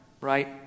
right